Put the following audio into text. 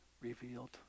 revealed